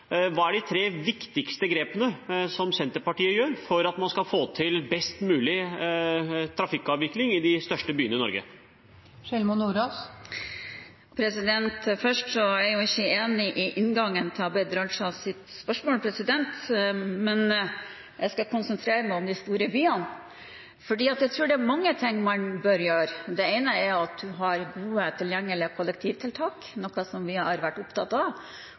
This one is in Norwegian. Hva er de tre viktigste grepene som Senterpartiet gjør for at man skal få til best mulig trafikkavvikling i de største byene i Norge? Først: Jeg er jo ikke enig i inngangen til Abid Q. Rajas spørsmål. Men jeg skal konsentrere meg om de store byene, for jeg tror det er mange ting man bør gjøre. Det ene er å ha gode tilgjengelige kollektivtiltak, noe som vi har vært opptatt av, og i dagens Nasjonal transportplan la man opp til både bymiljøavtaler og belønningsmidler som en del av